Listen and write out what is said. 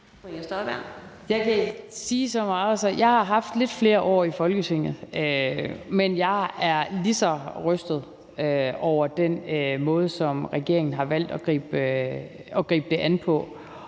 jeg har haft lidt flere år i Folketinget, men jeg er lige så rystet over den måde, som regeringen har valgt at gribe det an på.